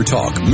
Talk